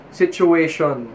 situation